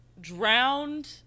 drowned